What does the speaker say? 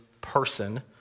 person